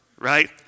right